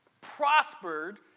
prospered